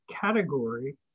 category